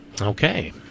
Okay